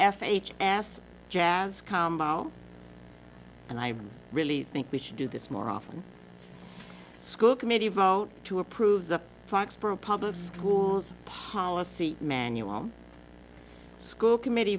f h ass jazz combo and i really think we should do this more often school committee vote to approve the public school's policy manual school committee